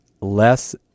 less